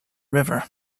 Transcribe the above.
river